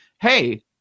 hey